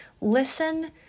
listen